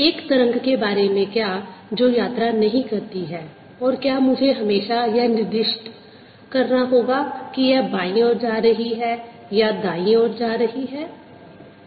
एक तरंग के बारे में क्या जो यात्रा नहीं करती है और क्या मुझे हमेशा यह निर्दिष्ट करना होगा कि यह बाईं ओर जा रही है या दाईं ओर जा रही है